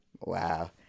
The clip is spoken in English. Wow